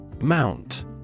Mount